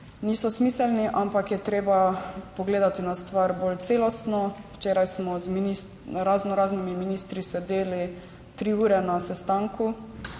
niso smiselni, ampak je treba pogledati na stvar bolj celostno. Včeraj smo z raznoraznimi ministri sedeli tri ure na sestanku